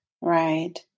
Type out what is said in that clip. right